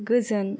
गोजोन